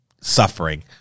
suffering